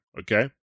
okay